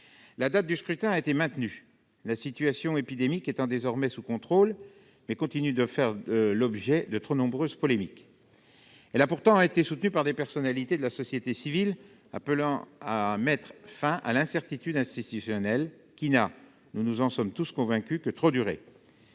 La date du scrutin a été maintenue, la situation épidémique étant désormais sous contrôle, mais elle continue de faire l'objet de trop nombreuses polémiques. Elle a pourtant été soutenue par des personnalités de la société civile appelant à mettre fin à l'incertitude institutionnelle, qui n'a- nous en sommes tous convaincus -que trop duré.